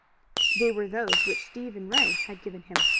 they were those which stephen ray had given him.